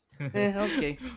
Okay